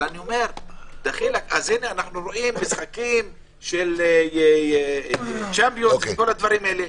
אנחנו רואים משחקים של צ'מפיונס וכל הדברים האלה,